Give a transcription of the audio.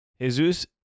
Jesus